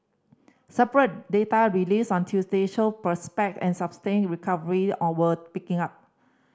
separate data released on Tuesday showed prospect and sustained recovery all were picking up